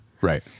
right